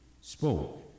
spoke